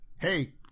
hey